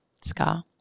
scar